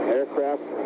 Aircraft